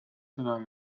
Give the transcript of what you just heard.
sõna